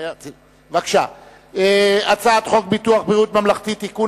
הצעת חוק ביטוח בריאות ממלכתי (תיקון,